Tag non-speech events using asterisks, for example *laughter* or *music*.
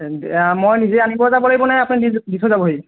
*unintelligible* মই নিজে আনিব যাব লাগিব নে আপুনি দি থৈ যাবহি